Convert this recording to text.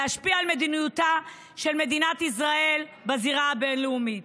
להשפיע על מדיניותה של מדינת ישראל בזירה הבין-לאומית.